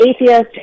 atheist